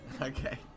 okay